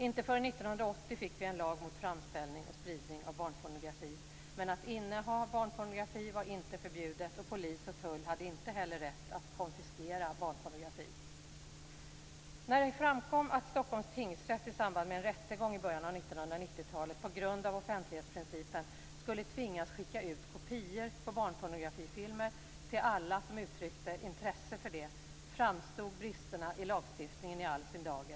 Inte förrän 1980 fick vi en lag mot framställning och spridning av barnpornografi, men att inneha barnpornografi var inte förbjudet, och polis och tull hade inte heller rätt att konfiskera barnpornografi. När det framkom att Stockholms tingsrätt i samband med en rättegång i början av 1990-talet på grund av offentlighetsprincipen skulle tvingas skicka ut kopior på barnpornografifilmer till alla som uttryckte intresse för det framstod bristerna i lagstiftningen i all sin dager.